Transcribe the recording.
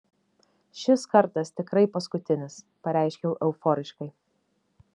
šis kartas tikrai paskutinis pareiškiau euforiškai